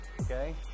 okay